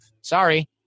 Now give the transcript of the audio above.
Sorry